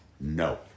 No